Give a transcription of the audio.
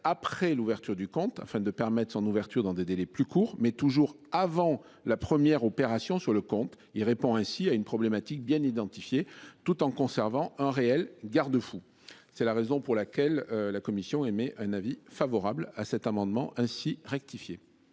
après l'ouverture du compte, afin de permettre son ouverture dans des délais plus courts mais toujours avant la première opération sur le compte. Il répond ainsi à une problématique bien identifié, tout en conservant un réel garde-fous. C'est la raison pour laquelle la commission émet un avis favorable à cet amendement ainsi rectifié.